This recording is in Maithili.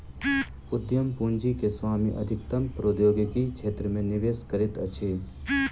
उद्यम पूंजी के स्वामी अधिकतम प्रौद्योगिकी क्षेत्र मे निवेश करैत अछि